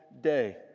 day